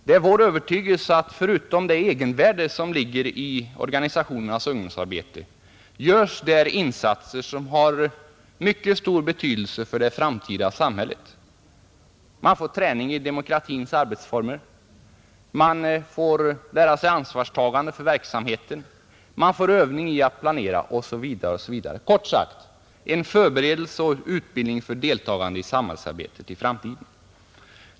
Det är vår övertygelse att, förutom det egenvärde som ligger i organisationernas ungdomsarbete, det där görs insatser som har mycket stor betydelse för det framtida samhället: man får träning i demokratins arbetsformer, man får lära sig ansvarstagande för verksamheten, man får övning i att planera osv, Kort sagt: Det är en förberedelse och utbildning för deltagande i samhällsarbetet i framtiden.